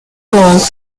role